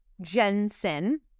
Jensen